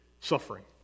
suffering